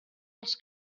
als